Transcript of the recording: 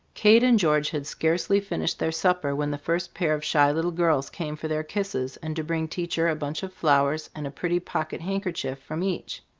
kate and george had scarcely finished their supper, when the first pair of shy little girls came for their kisses and to bring teacher a bunch of flowers and a pretty pocket handkerchief from each.